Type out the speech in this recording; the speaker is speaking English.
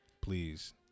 Please